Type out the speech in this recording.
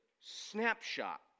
snapshot